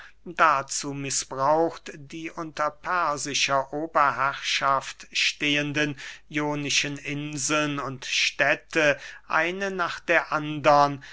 dazu mißbraucht die unter persischer oberherrschaft stehenden ionischen inseln und städte eine nach der andern